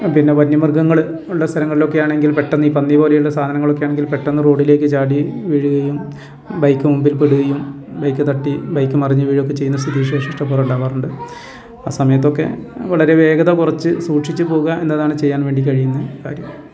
പിന്നെ വന്യമൃഗങ്ങള് ഉള്ള സ്ഥലങ്ങളിലൊക്കെയാണെങ്കിൽ പെട്ടെന്ന് ഈ പന്നിപോലെയുള്ള സാധനങ്ങളൊക്കെ ആണെങ്കിൽ പെട്ടെന്ന് റോഡിലേക്ക് ചാടി വീഴുകയും ബൈക്ക് മുമ്പിൽപ്പെടുകയും ബൈക്ക് തട്ടി ബൈക്ക് മറിഞ്ഞ് വീഴുകയും ഒക്കെ ചെയ്യുന്ന സ്ഥിതിവിശേഷം ഇഷ്ടപോലെ ഉണ്ടാകാറുണ്ട് ആ സമയത്തൊക്കെ വളരെ വേഗത കുറച്ച് സൂക്ഷിച്ചു പോകുക എന്നതാണ് ചെയ്യാൻ വേണ്ടി കഴിയുന്ന കാര്യം